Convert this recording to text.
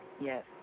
Yes